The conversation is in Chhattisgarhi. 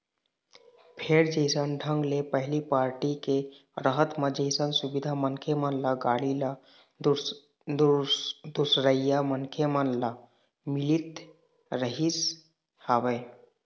फेर जइसन ढंग ले पहिली पारटी के रहत म जइसन सुबिधा मनखे मन ल, गाड़ी ल, दूसरइया मनखे मन ल मिलत रिहिस हवय